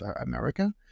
America